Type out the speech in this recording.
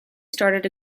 started